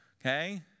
okay